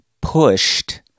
pushed